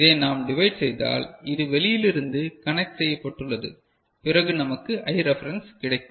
இதை நாம் டிவைட் செய்தால் இது வெளியிலிருந்து கனெக்ட் செய்யப்பட்டுள்ளது பிறகு நமக்கு I ரெஃபரன்ஸ் கிடைக்கும்